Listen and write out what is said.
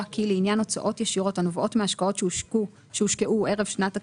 כי לעניין הוצאות ישירות הנובעות מהשקעות שהושקעו ערב שנת הכספים,